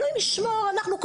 אצלנו,